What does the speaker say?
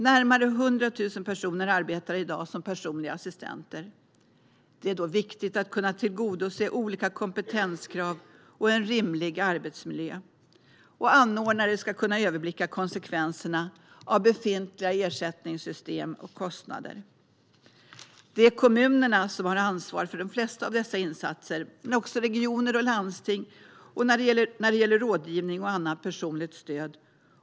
Närmare 100 000 personer arbetar i dag som personliga assistenter. Det är viktigt att kunna tillgodose olika kompetenskrav och en rimlig arbetsmiljö. Anordnare ska kunna överblicka konsekvenserna av befintliga ersättningssystem och kostnader. Det är kommunerna som ansvarar för de flesta av dessa insatser, men det gör också regioner och landsting när det gäller rådgivning och annat personligt stöd.